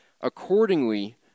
Accordingly